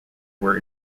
were